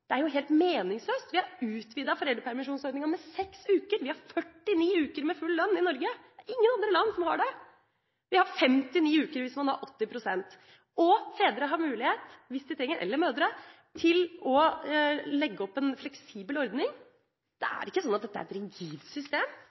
meningsløst. Vi har utvidet foreldrepermisjonsordninga med 6 uker: Vi har 49 uker med full lønn i Norge – det er ingen andre land som har det – vi har 59 uker med 80 pst. lønn. Fedre – eller mødre – har mulighet, hvis de trenger det, til å legge opp en fleksibel ordning. Det er ikke slik at dette er et rigid system